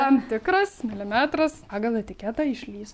tam tikras milimetras pagal etiketą išlys